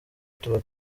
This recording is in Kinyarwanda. tuba